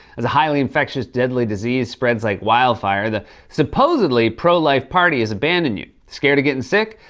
as a highly infectious deadly disease spreads like wildfire, the supposedly pro-life party has abandoned you. scared of gettin' sick?